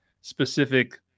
specific